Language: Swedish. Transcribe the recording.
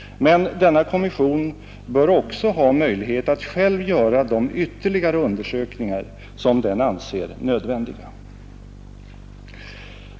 Men denna kommission bör också ha möjlighet att själv göra de ytterligare undersökningar som den anser nödvändiga.